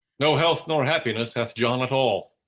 no health nor happiness hath john at all.